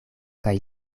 kaj